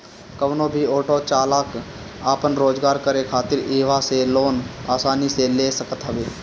कवनो भी ऑटो चालाक आपन रोजगार करे खातिर इहवा से लोन आसानी से ले सकत हवे